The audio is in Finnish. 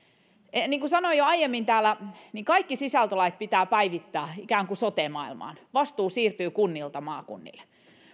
niin kuin sanoin jo aiemmin täällä kaikki sisältölait pitää ikään kuin päivittää sote maailmaan vastuu siirtyy kunnilta maakunnille